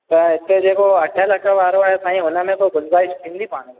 त हिते जेको अठ लख वारो आहे साईं हुन में को गुंजाइश थींदी पाणि